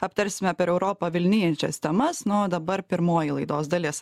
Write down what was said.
aptarsime per europą vilnijančias temas nu o dabar pirmoji laidos dalis